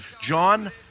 John